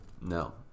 No